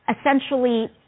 essentially